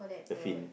the fin